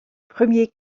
premier